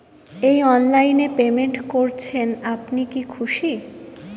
এই অনলাইন এ পেমেন্ট করছেন আপনি কি খুশি?